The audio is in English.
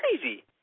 crazy